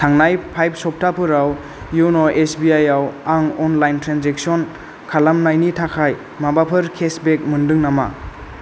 थांनाय फाइभ सप्ताफोराव इउन' एसबिआई आव आं अनलाइन ट्रेन्जेक्सन खालामनायनि थाखाय माबाफोर केसबेक मोन्दों नामा